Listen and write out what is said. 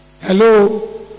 Hello